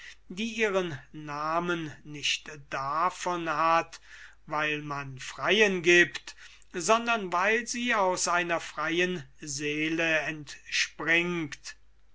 die ihren namen nicht davon hat weil man freien gibt sondern weil sie aus einer freien seele entspringt